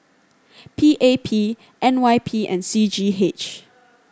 P A P N Y P and C G H